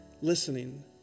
listening